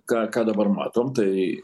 ką ką dabar matom tai